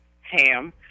ham